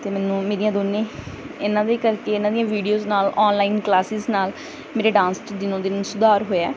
ਅਤੇ ਮੈਨੂੰ ਮੇਰੀਆਂ ਦੋਵੇਂ ਇਹਨਾਂ ਦੇ ਕਰਕੇ ਇਹਨਾਂ ਦੀਆਂ ਵੀਡੀਓਜ਼ ਨਾਲ ਔਨਲਾਈਨ ਕਲਾਸਿਜ਼ ਨਾਲ ਮੇਰੇ ਡਾਂਸ 'ਚ ਦਿਨੋ ਦਿਨ ਸੁਧਾਰ ਹੋਇਆ